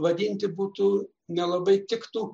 vadinti būtų nelabai tiktų